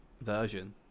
version